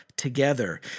Together